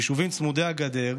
ביישובים צמודי הגדר,